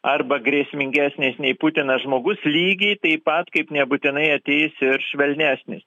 arba grėsmingesnis nei putinas žmogus lygiai taip pat kaip nebūtinai ateis ir švelnesnis